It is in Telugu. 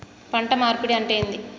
పంట మార్పిడి అంటే ఏంది?